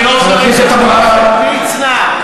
חבר הכנסת מצנע,